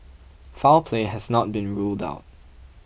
foul play has not been ruled out